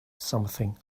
something